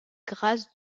grâces